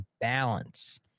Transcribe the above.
balance